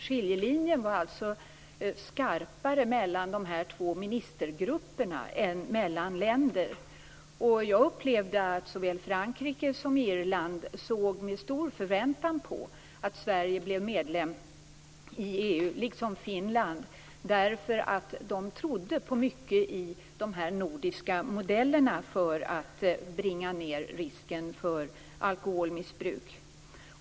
Skiljelinjen var alltså skarpare mellan de två ministergrupperna än mellan länder. Jag upplevde att såväl Frankrike som Irland såg med stor förväntan på att Sverige blev medlem i EU, liksom Finland. De trodde på mycket i de nordiska modellerna för att bringa ned risken för alkoholmissbruk.